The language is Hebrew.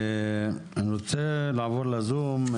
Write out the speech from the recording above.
אני רוצה לעבור לזום.